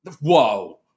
whoa